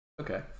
Okay